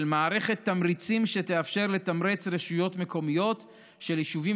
מערכת תמריצים שתאפשר לתמרץ רשויות מקומיות של יישובים